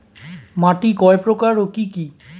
মাটি কয় প্রকার ও কি কি?